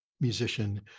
musician